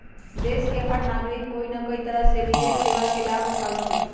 देश के हर नागरिक कोई न कोई तरह से निवेश सेवा के लाभ उठावा हई